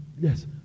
yes